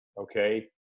okay